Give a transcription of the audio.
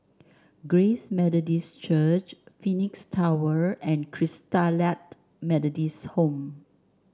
Grace Methodist Church Phoenix Tower and Christalite Methodist Home